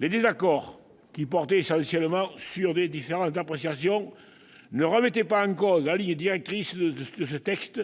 Les désaccords, qui portaient essentiellement sur des différences d'appréciation, ne remettaient pas en cause la ligne directrice de ce texte,